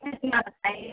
सुनना पड़ता है